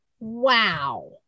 wow